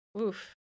Oof